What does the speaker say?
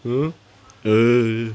!huh! err eh